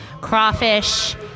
crawfish